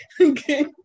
okay